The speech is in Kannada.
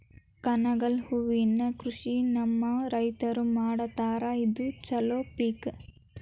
ಕನಗಲ ಹೂವಿನ ಕೃಷಿ ನಮ್ಮ ರೈತರು ಮಾಡತಾರ ಇದು ಚಲೋ ಪಿಕ